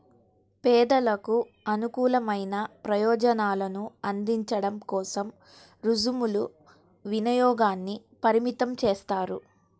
పేదలకు అనుకూలమైన ప్రయోజనాలను అందించడం కోసం రుసుముల వినియోగాన్ని పరిమితం చేస్తారు